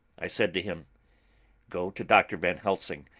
i said to him go to dr. van helsing,